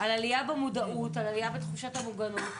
על עלייה במודעות ובתחושת המוגנות.